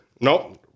Nope